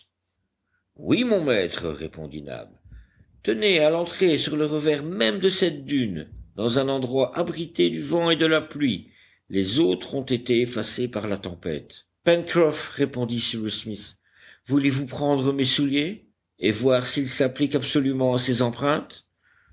oui mon maître répondit nab tenez à l'entrée sur le revers même de cette dune dans un endroit abrité du vent et de la pluie les autres ont été effacées par la tempête pencroff répondit cyrus smith voulez-vous prendre mes souliers et voir s'ils s'appliquent absolument à ces empreintes